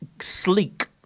sleek